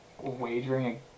wagering